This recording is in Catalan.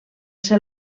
ser